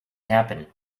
happen